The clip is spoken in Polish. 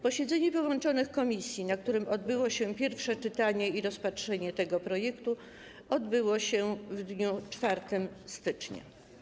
Posiedzenie połączonych komisji, na którym odbyło się pierwsze czytanie i rozpatrzenie tego projektu, odbyło się w dniu 4 stycznia.